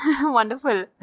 Wonderful